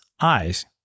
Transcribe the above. eyes